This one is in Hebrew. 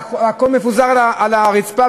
והכול מפוזר על הרצפה,